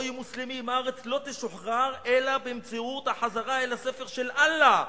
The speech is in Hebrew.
עם מוסלמים הארץ לא תשוחרר אלא במציאות החזרה אל הספר של אללה,